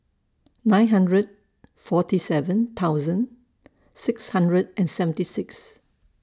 nine hundred forty seven thousand six hundred and seventy six